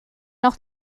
nog